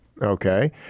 Okay